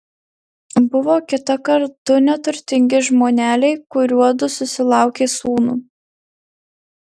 buvo kitąkart du neturtingi žmoneliai kuriuodu susilaukė sūnų